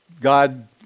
God